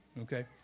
okay